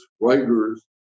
writers